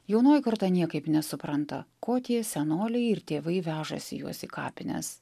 jaunoji karta niekaip nesupranta ko tie senoliai ir tėvai vežasi juos į kapines